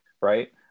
right